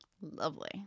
Lovely